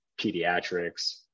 pediatrics